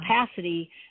capacity